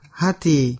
hati